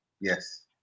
Yes